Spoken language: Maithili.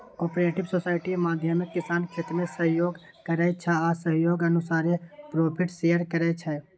कॉपरेटिव सोसायटी माध्यमे किसान खेतीमे सहयोग करै छै आ सहयोग अनुसारे प्रोफिट शेयर करै छै